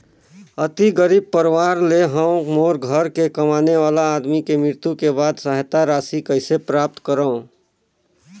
अति गरीब परवार ले हवं मोर घर के कमाने वाला आदमी के मृत्यु के बाद सहायता राशि कइसे प्राप्त करव?